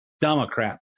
Democrat